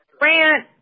Grant